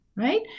Right